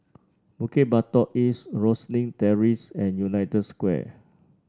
Bukit Batok East Rosyth Terrace and United Square